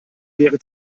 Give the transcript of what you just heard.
wäre